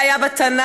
זה היה בתנ"ך.